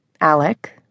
Alec